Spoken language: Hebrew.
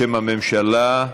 בשם הממשלה,